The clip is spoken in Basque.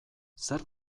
zer